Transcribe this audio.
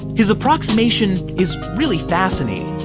his approximation is really fascinating.